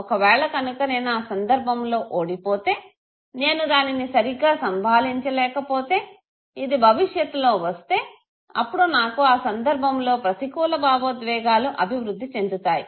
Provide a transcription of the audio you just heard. ఒక వేళ కనుక నేను ఆ సందర్భములో ఓడిపోతే నేను దానిని సరిగ్గా సంభాలించలేకపోతే ఇది భవిష్యత్తులో వస్తే అప్పుడు నాకు ఆ సందర్భములో ప్రతికూల భావోద్వేగాలు అభివృద్ధి చెందుతాయి